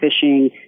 fishing